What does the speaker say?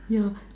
yeah